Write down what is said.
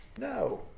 No